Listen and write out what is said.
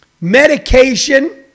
medication